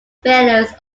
failures